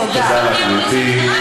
תודה לך, גברתי.